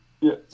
Yes